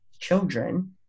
children